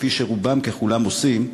כפי שרובם ככולם עושים,